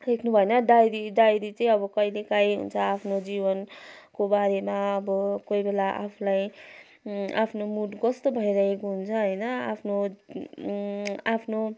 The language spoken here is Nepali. लेख्नु भएन डायरी डायरी चाहिँ अब कहिले कहीँ हुन्छ आफ्नो जीवनको बारेमा अब कोहीबेला आफूलाई आफ्नो मुड कस्तो भइराखेको हुन्छ होइन आफ्नो आफ्नो